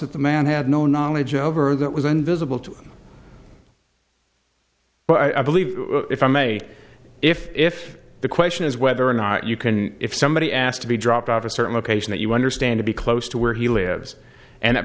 that the man had no knowledge of or that was invisible to well i believe if i may if if the question is whether or not you can if somebody asked to be dropped off a certain location that you understand to be close to where he lives and that